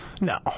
No